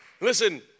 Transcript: Listen